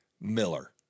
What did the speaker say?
Miller